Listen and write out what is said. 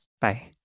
Bye